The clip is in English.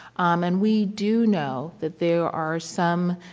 um and we do know that there are some